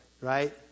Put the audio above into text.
right